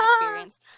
experience